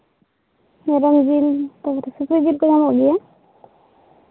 ᱢᱮᱨᱚᱢ ᱡᱤᱞ ᱥᱩᱠᱨᱤ ᱡᱤᱞ ᱠᱚ ᱧᱟᱢᱚᱜ ᱜᱮᱭᱟ